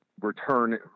return